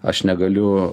aš negaliu